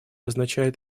означает